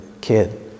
kid